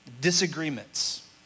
disagreements